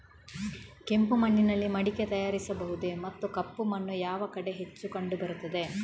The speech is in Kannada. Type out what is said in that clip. ಕೆಂಪು ಮಣ್ಣಿನಲ್ಲಿ ಮಡಿಕೆ ತಯಾರಿಸಬಹುದೇ ಮತ್ತು ಕಪ್ಪು ಮಣ್ಣು ಯಾವ ಕಡೆ ಹೆಚ್ಚು ಕಂಡುಬರುತ್ತದೆ?